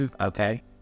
Okay